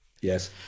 Yes